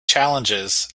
challenges